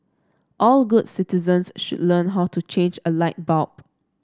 all good citizens should learn how to change a light bulb